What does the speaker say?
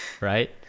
right